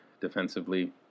defensively